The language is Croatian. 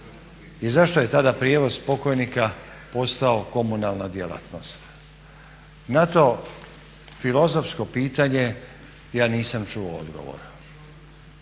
i zašto je tada prijevoz pokojnika postao komunalna djelatnost? Na to filozofsko pitanje ja nisam čuo odgovor,